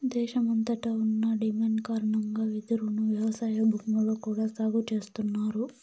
దేశమంతట ఉన్న డిమాండ్ కారణంగా వెదురును వ్యవసాయ భూముల్లో కూడా సాగు చేస్తన్నారు